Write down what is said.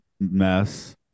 mess